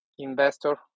Investor